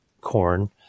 corn